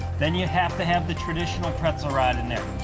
then you have to have the traditional pretzel rod in their.